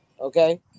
Okay